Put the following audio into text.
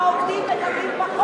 העובדים מקבלים פחות מאשר,